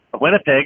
Winnipeg